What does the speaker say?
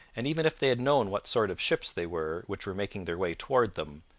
and even if they had known what sort of ships they were which were making their way toward them,